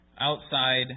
outside